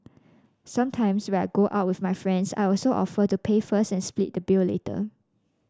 sometimes when I go out with my friends I also offer to pay first and split the bill later